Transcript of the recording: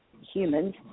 humans